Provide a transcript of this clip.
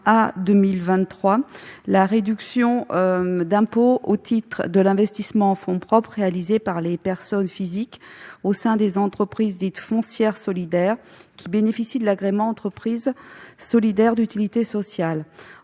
la réduction d'impôt au titre de l'investissement en fonds propres réalisé par les personnes physiques au sein des entreprises dites « foncières solidaires », qui bénéficient de l'agrément « entreprise solidaire d'utilité sociale ».